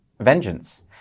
vengeance